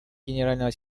генерального